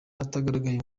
atagaragaye